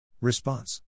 Response